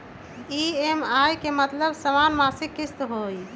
EMI के मतलब समान मासिक किस्त होहई?